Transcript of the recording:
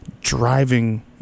driving